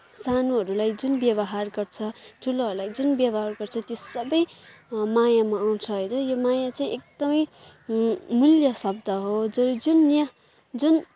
सानोहरूलाई जुन व्यवहार गर्छ ठुलाहरूलाई जुन व्यवहार गर्छ त्यो सबै मायामा आउँछ होइन यो माया चाहिँ एकदमै मूल्य शब्द हो जो जुन यहाँ जुन